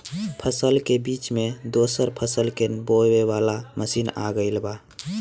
फसल के बीच मे दोसर फसल के बोवे वाला मसीन आ गईल बा